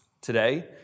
today